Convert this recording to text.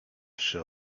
przy